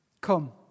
Come